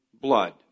blood